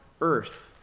earth